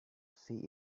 see